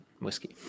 whiskey